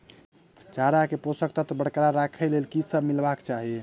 चारा मे पोसक तत्व बरकरार राखै लेल की सब मिलेबाक चाहि?